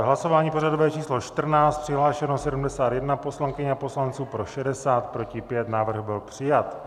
Hlasování pořadové číslo 14, přihlášeno 71 poslankyň a poslanců, pro 60, proti 5, návrh byl přijat.